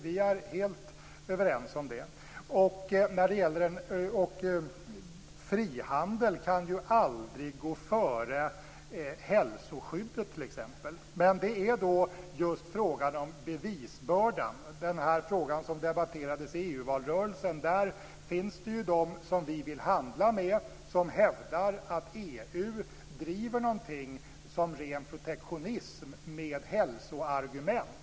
Vi är helt överens om det. Frihandel kan aldrig gå före hälsoskyddet. Det är just i fråga om bevis - som debatterades i EU valrörelsen - som det finns de som hävdar att EU driver ren protektionism med hjälp av hälsoargument.